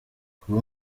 kuba